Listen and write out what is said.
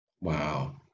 Wow